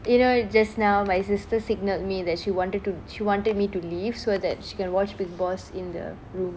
you know just now my sister signalled me that she wanted to she wanted me to leave so that she can watch big boss in the room